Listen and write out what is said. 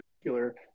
particular